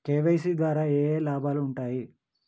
KYC ద్వారా ఏఏ లాభాలు ఉంటాయి?